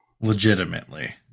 Legitimately